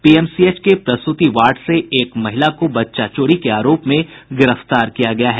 PMCH के प्रसूति ward से एक महिला को बच्चा चोरी के आरोप में गिरफ्तार किया गया है